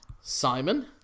Simon